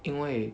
因为